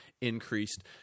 increased